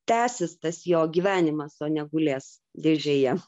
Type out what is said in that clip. tęsis tas jo gyvenimas o ne gulės dėžėje